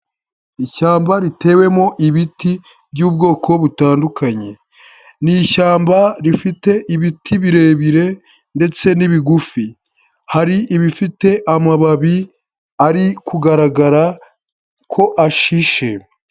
Ishyamba ritewemo ibiti by'ubwoko butandukanye ni ishyamba rifite ibiti birebire ndetse n'ibigufi hari ibifite amababi ari kugaragara ko ashishe.